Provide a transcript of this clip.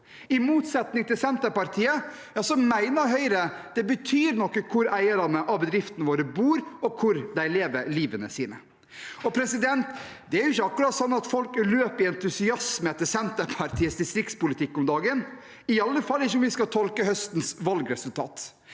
I motsetning til Senterpartiet mener Høyre det betyr noe hvor eierne av bedriftene våre bor, og hvor de lever livet sitt. Det er jo ikke akkurat slik at folk i entusiasme løper etter Senterpartiets distriktspolitikk om dagen, i alle fall ikke om vi skal tolke høstens valgresultat.